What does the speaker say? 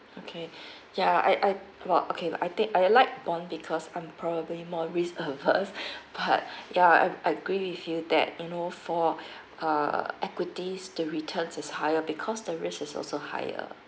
okay yeah I I got okay but I think I like bond because I'm probably more risk averse but ya I I agree with you that you know for err equities the returns is higher because the risk is also higher